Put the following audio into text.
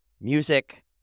music